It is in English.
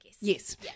Yes